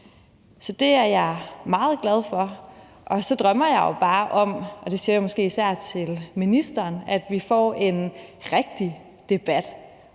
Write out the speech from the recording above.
Så det er jeg meget glad for. Så drømmer jeg jo bare om – det siger jeg måske især til ministeren – at vi får en rigtig debat